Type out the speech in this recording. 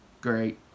Great